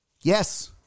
yes